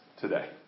today